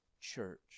church